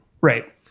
Right